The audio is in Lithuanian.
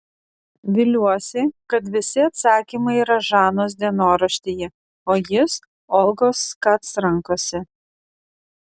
viliuosi kad visi atsakymai yra žanos dienoraštyje o jis olgos kac rankose